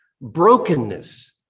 brokenness